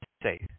safe